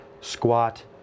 squat